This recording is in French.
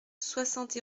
soixante